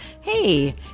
Hey